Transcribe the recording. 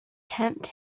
tempt